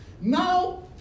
now